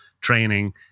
training